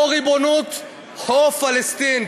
או ריבונות או פלסטין.